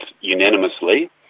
unanimously